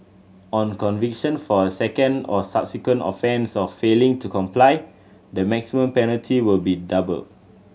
on conviction for a second or subsequent offence of failing to comply the maximum penalty will be doubled